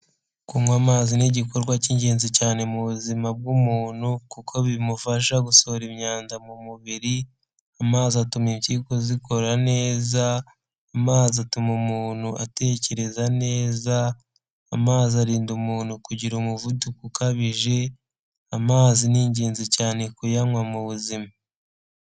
Kunywa amazi ni igikorwa cy'ingenzi cyane mu buzima bw'umuntu, kuko bimufasha gusohora imyanda mu mubiri, amazi atuma impyiko zikora neza, amazi atuma umuntu atekereza neza, amazi arinda umuntu kugira umuvuduko ukabije, amazi ni ingenzi cyane kuyanywa mu buzima.